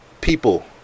people